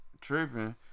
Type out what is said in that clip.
tripping